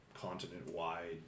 continent-wide